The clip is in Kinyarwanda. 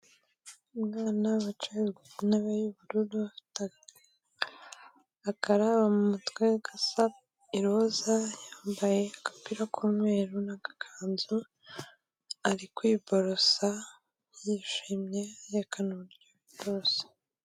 Umwana wicaye ku ntebe y'ubururu afite akarabo mu mutwe gasa iroza, yambaye agapira k'umweru n'agakanzu, ari kwiborosa yishimye yerekana uburyo baborosa.